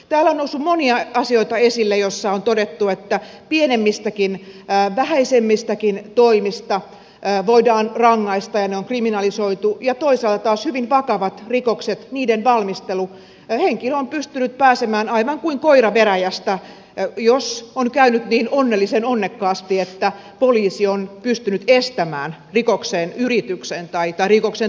täällä on noussut esille monia asioita joista on todettu että pienemmistäkin vähäisemmistäkin toimista voidaan rangaista ja ne on kriminalisoitu ja toisaalta taas hyvin vakavien rikosten valmistelussa henkilö on pystynyt pääsemään aivan kuin koira veräjästä jos on käynyt niin onnellisen onnekkaasti että poliisi on pystynyt estämään rikoksen toteutumisen